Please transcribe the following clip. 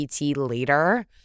later